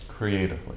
Creatively